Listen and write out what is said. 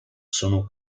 sono